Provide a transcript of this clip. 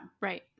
Right